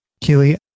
Keely